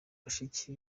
bashiki